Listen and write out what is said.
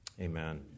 Amen